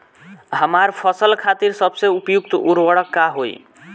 हमार फसल खातिर सबसे उपयुक्त उर्वरक का होई?